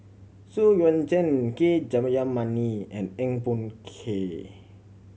Xu Yuan Zhen K Jayamani and Eng Boh Kee